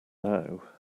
now